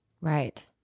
Right